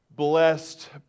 blessed